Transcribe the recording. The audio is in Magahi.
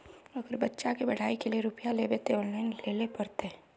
अगर बच्चा के पढ़ाई के लिये रुपया लेबे ते ऑनलाइन लेल पड़ते?